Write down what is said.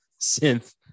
synth